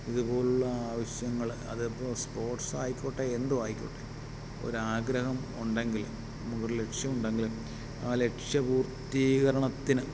ഇതുപോലെയുള്ള ആവശ്യങ്ങൾ അതിപ്പോൾ സ്പോർട്സായിക്കോട്ടെ എന്തോ ആയിക്കോട്ടെ ഒരാഗ്രഹം ഉണ്ടെങ്കിൽ നമുക്കൊരു ലക്ഷ്യമുണ്ടെങ്കിൽ ആ ലക്ഷ്യ പൂർത്തീകരണത്തിന്